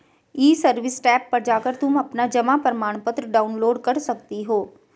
ई service tab पर जाकर तुम अपना जमा प्रमाणपत्र डाउनलोड कर सकती हो